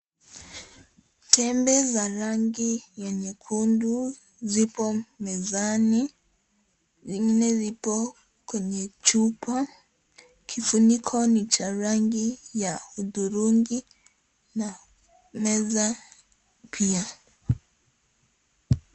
Tembe za rangi ya nyekundu zipo mezani. Zingine zipo kwenye chupa. Kifuniko ni cha rangi ya hudhurungi na meza pia.